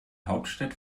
hauptstadt